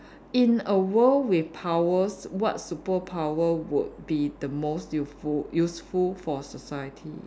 in a world with powers what superpower would be the most useful for society